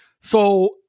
So-